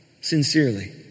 sincerely